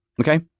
okay